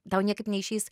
tau niekaip neišeis